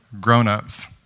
grown-ups